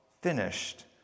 finished